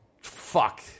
fuck